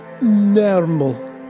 normal